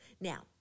Now